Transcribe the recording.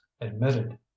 admitted